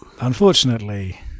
Unfortunately